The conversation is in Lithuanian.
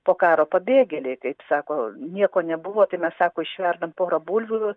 po karo pabėgėliai kaip sako nieko nebuvo tai mes sako išverdam porą bulvių